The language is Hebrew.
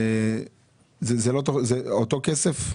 זה אותו כסף?